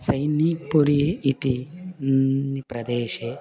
सैनीक् पुरी इति प्रदेशे